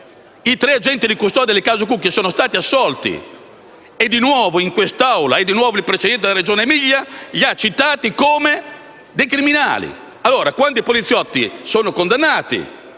I tre agenti di custodia del caso Cucchi sono stati assolti, e di nuovo quest'Assemblea, come anche il Presidente della Regione Emilia, li ha citati come dei criminali. Ma, allora, quando i poliziotti sono condannati,